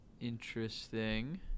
Interesting